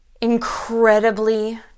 incredibly